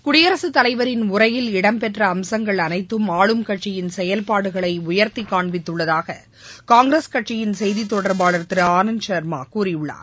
குடியரசுத் தலைவரின் உரையில் இடம்பெற்ற அம்சங்கள் அனைத்தும் ஆளும் கட்சியின் செயல்பாடுகளை உயர்த்தி காண்பித்துள்ளதாக காங்கிரஸ் கட்சியின் செய்தி தொடர்பாளர் திரு ஆனந்த்சா்மா கூறியுள்ளார்